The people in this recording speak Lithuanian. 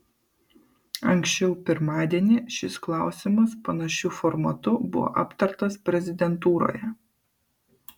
anksčiau pirmadienį šis klausimas panašiu formatu buvo aptartas prezidentūroje